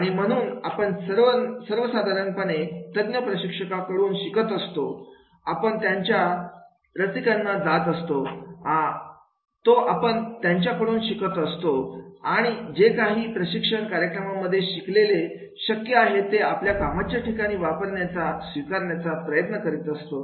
आणि म्हणून आपण सर्वसाधारणपणे तज्ञ प्रशिक्षका कडून शिकत असतो आपण त्यांच्या रसिकांना जात असतो तो आपण त्यांच्याकडून शिकत असतो आणि जे काही प्रशिक्षण कार्यक्रमामध्ये शिकलेलेशक्य आहे ते आपल्या कामाच्या ठिकाणी वापरण्याचा स्वीकारण्याचा प्रयत्न करत असतो